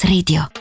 Radio